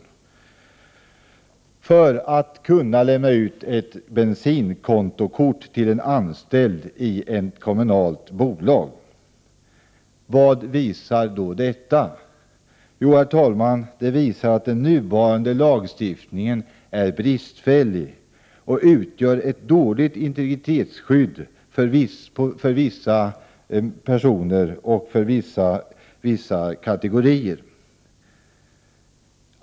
Detta skedde för att man skulle kunna lämna ut ett bensinkontokort till en anställd i ett kommunalt bolag. Vad visar då detta? Jo, herr talman, det visar att den nuvarande lagstiftningen är bristfällig och medför ett dåligt integritetsskydd för vissa personer och för vissa kategorier.